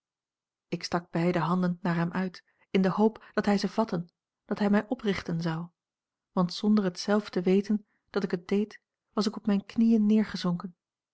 ik stak beide handen naar hem uit in de hoop dat hij ze vatten dat hij mij oprichten zou want zonder het zelf te weten dat ik het deed was ik op mijne knieën neergezonken